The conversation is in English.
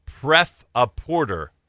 Pref-a-porter